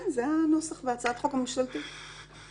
זה יכול לעורר הליכי טענות דיוניות ודיונים פליליים.